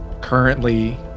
currently